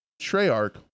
Treyarch